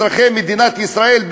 אזרחי מדינת ישראל,